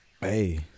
Hey